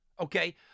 Okay